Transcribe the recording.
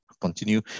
continue